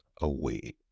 away